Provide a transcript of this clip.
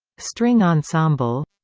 string ensemble